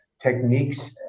techniques